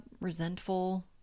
resentful